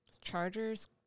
Chargers